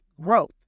growth